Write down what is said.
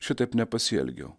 šitaip nepasielgiau